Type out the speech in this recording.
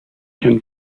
can